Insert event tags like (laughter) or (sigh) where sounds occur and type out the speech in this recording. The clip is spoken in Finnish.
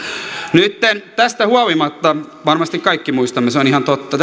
nyt tästä huolimatta varmasti kaikki muistamme se on ihan totta (unintelligible)